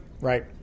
Right